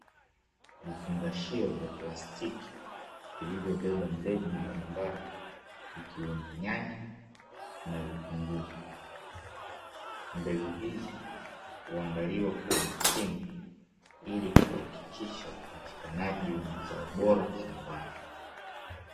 Vifungashio vya plastiki vilivyobeba mbegu mbalimbali, ikiwemo nyanya na vitunguu. Mbegu hizi huandaliwa kwa umakini ili kuhakikisha upatikanaji wa mazao bora shambani.